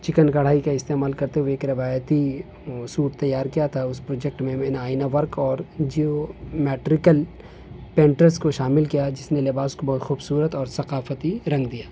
chicken کڑھائی کا استعمال کرتے ہوئے ایک روایتی سوٹ تیار کیا تھا اس پروجیکٹ میں میں نے آئینہ ورک اور جیومیٹریکل پینٹرس کو شامل کیا جس نے لباس کو بہت خوبصورت اور ثقافتی رنگ دیا